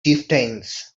chieftains